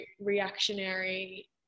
reactionary